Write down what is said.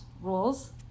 rules